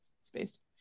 spaced